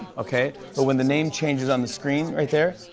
okay? but when the name changes on the screen right there,